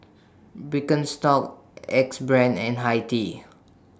Birkenstock Axe Brand and Hi Tea